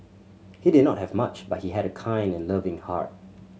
he did not have much but he had a kind and loving heart